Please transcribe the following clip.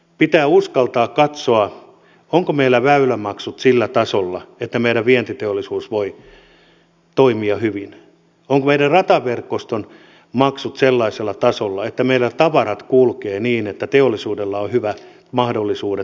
pitää uskaltaa katsoa ovatko meillä väylämaksut sillä tasolla että meidän vientiteollisuus voi toimia hyvin ovatko meidän rataverkoston maksut sellaisella tasolla että meidän tavarat kulkevat niin että teollisuudella on hyvät mahdollisuudet liikuttaa tavaroita